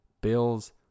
Bills